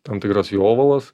tam tikras jovalas